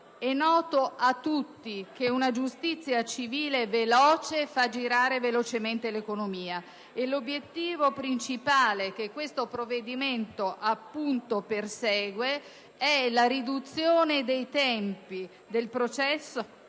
È noto a tutti che una giustizia civile e rapida fa girare velocemente l'economia e l'obiettivo principale che questo provvedimento, appunto, persegue è la riduzione dei tempi del processo,